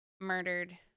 murdered